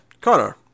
Connor